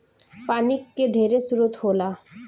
पानी के ढेरे स्रोत होला